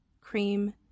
cream